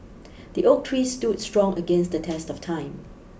the oak tree stood strong against the test of time